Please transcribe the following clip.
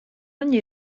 ogni